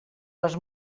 les